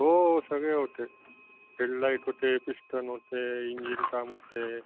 हो हो सगळे होते हेडलाईट होते पिस्टन होते इंजिन काम होतेय